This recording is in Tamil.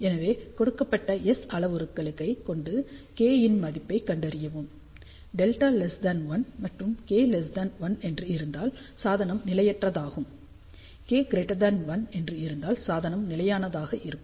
எனவே கொடுக்கப்பட்டுள்ள S அளவுருக்களைக் கொண்டு K இன் மதிப்பைக் கண்டறியவும் Δ 1 மற்றும் k1 என்று இருந்தால் சாதனம் நிலையற்றதாகும் K 1 என்று இருந்தால் சாதனம் நிலையானதாக இருக்கும்